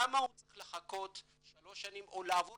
למה הוא צריך לחכות שלוש שנים או לעבור